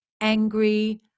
angry